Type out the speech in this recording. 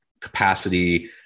capacity